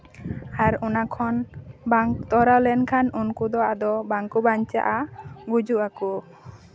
ᱟᱨ ᱚᱱᱟ ᱠᱷᱚᱱ ᱵᱟᱝ ᱛᱚᱨᱟᱣ ᱞᱮᱱᱠᱷᱟᱱ ᱩᱱᱠᱩ ᱫᱚ ᱟᱫᱚ ᱵᱟᱝ ᱠᱚ ᱵᱟᱧᱪᱟᱜᱼᱟ ᱜᱩᱡᱩᱜ ᱟᱠᱚ